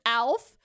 alf